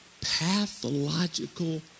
Pathological